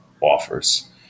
offers